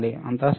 అంతా సరే